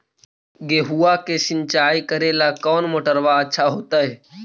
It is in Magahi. गेहुआ के सिंचाई करेला कौन मोटरबा अच्छा होतई?